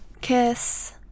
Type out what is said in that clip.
kiss